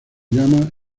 llama